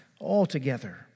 altogether